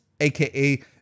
aka